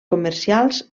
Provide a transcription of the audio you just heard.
comercials